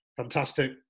Fantastic